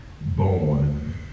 born